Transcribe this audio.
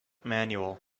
manual